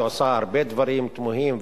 היא עושה הרבה דברים תמוהים,